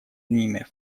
ними